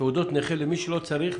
תעודות נכה למי שלא צריך,